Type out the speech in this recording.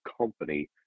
company